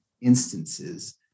instances